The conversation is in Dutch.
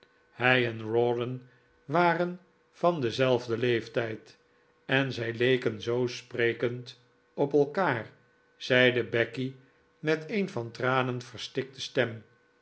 en rawdon waren van denzelfden leeftijd en zij leken zoo sprekend op elkaar zeide becky met een van tranen verstikte stem